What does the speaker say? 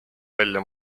välja